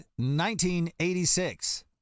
1986